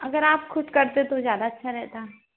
अगर आप खुद करते तो ज़्यादा अच्छा रहता